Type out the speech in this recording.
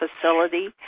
facility